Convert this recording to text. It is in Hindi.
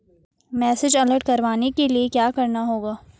मैसेज अलर्ट करवाने के लिए क्या करना होगा?